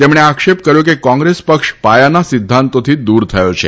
તેમણે આક્ષેપ કર્યો છે કે કોંગ્રેસ પક્ષ પાયાના સિદ્ધાંતોથી દૂર થયો છે